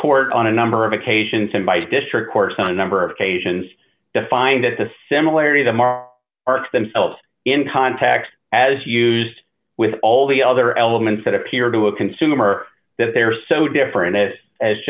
court on a number of occasions in my district course on a number of occasions to find that the similarity of them are arcs themselves in context as used with all the other elements that appear to a consumer that they're so different as